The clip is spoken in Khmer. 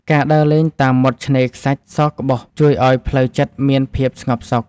ការដើរលេងតាមមាត់ឆ្នេរខ្សាច់សក្បុស ជួយឱ្យផ្លូវចិត្តមានភាពស្ងប់សុខ។